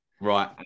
Right